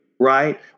right